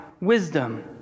wisdom